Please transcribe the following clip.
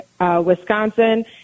Wisconsin